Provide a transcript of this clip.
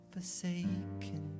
Forsaken